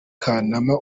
kanama